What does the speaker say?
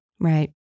Right